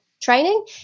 training